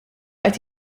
qed